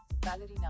ballerina